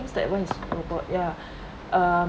thinks that one is robot ya um